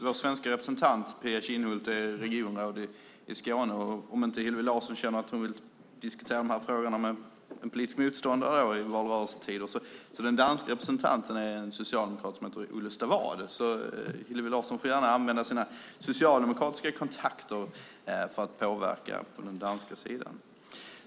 Vår svenska representant Pia Kinhult är regionråd i Region Skåne. Om inte Hillevi Larsson känner att hon vill diskutera frågorna med en politisk motståndare i valrörelsetider finns den danske socialdemokratiske representanten Ole Stavad. Hillevi Larsson får gärna använda sina socialdemokratiska kontakter för att påverka på den danska sidan.